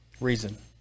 reason